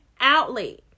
outlet